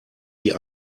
wie